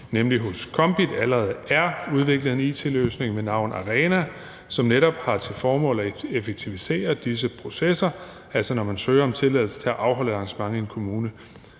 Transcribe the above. nemlig hos KOMBIT, allerede er udviklet en it-løsning ved navn ARENA, som netop har til formål at effektivisere disse processer, altså når man søger om tilladelse til at afholde et arrangement i en kommune.